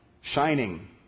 shining